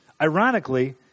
Ironically